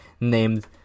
Named